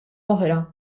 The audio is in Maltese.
oħra